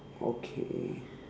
okay